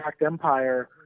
empire